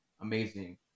amazing